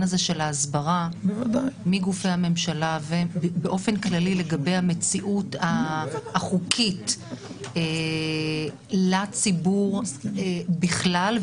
של ההסברה מגופי הממשלה ובאופן כללי לגבי המציאות החוקית לציבור בכלל,